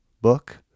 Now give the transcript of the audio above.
book